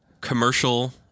commercial